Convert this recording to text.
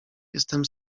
jestem